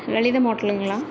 லலிதம் ஹோட்டலுங்களா